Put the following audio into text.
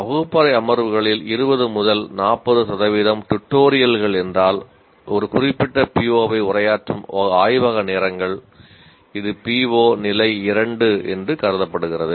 வகுப்பறை அமர்வுகளில் 25 முதல் 40 சதவிகிதம் டுடோரியல்கள் என்றால் ஒரு குறிப்பிட்ட POவை உரையாற்றும் ஆய்வக நேரங்கள் இது PO நிலை 2 என்று கருதப்படுகிறது